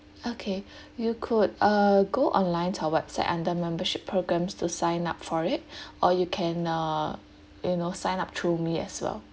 okay you could uh go online or website under membership programs to sign up for it or you can uh you know sign up through me as well